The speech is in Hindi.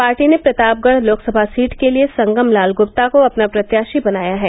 पार्टी ने प्रतापगढ़ लोकसभा सीट के लिये संगम लाल गुप्ता को अपना प्रत्याशी बनाया है